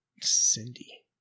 Cindy